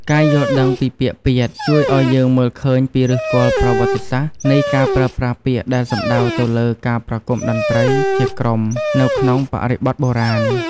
ការយល់ដឹងពីពាក្យ "ពាទ្យ" ជួយឱ្យយើងមើលឃើញពីឫសគល់ប្រវត្តិសាស្ត្រនៃការប្រើប្រាស់ពាក្យដែលសំដៅទៅលើការប្រគំតន្ត្រីជាក្រុមនៅក្នុងបរិបទបុរាណ។